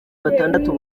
batandatu